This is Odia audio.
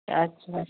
ଆଚ୍ଛା